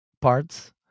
parts